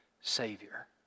Savior